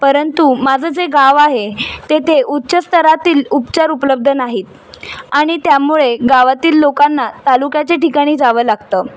परंतु माझं जे गाव आहे तेथे उच्च स्तरातील उपचार उपलब्ध नाहीत आणि त्यामुळे गावातील लोकांना तालुक्याच्या ठिकाणी जावं लागतं